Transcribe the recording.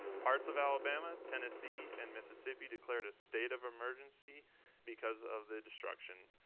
parts of alabama, tennessee and mississippi declared a state of emergency because of the destruction.